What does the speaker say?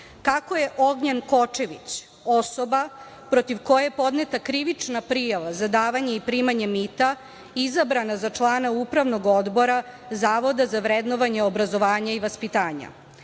kako je Ognjen Kočević, osoba protiv koje je podneta krivična prijava za davanje i primanje mita, izabrana za člana Upravnog odbora Zavoda za vrednovanje obrazovanja i vaspitanja? Na